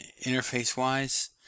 interface-wise